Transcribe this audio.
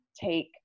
take